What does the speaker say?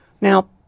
Now